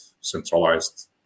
centralized